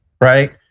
right